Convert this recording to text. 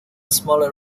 smaller